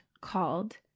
called